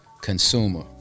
consumer